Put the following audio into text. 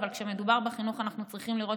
אבל כשמדובר בחינוך אנחנו צריכים לראות